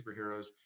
Superheroes